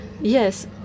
Yes